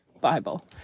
Bible